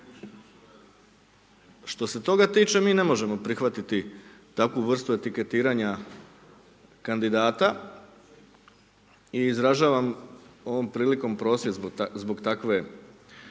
Što se toga tiče, mi ne možemo prihvatiti takvu vrstu etiketiranja kandidata. I izražavam ovom prilikom prosvjed zbog takve